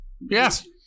Yes